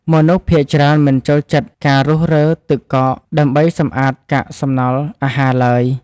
មនុស្សភាគច្រើនមិនចូលចិត្តការរុះរើទូទឹកកកដើម្បីសម្អាតកាកសំណល់អាហារឡើយ។